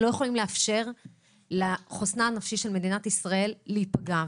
אנחנו לא יכולים לאפשר לחוסנה הנפשי של מדינת ישראל להיפגע.